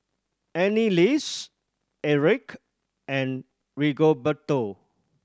Anneliese Aric and Rigoberto